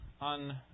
on